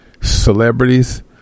celebrities